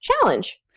challenge